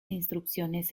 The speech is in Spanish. instrucciones